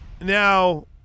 Now